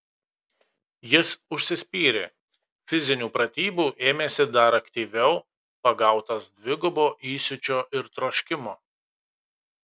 jis užsispyrė fizinių pratybų ėmėsi dar aktyviau pagautas dvigubo įsiūčio ir troškimo